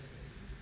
mm